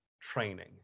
training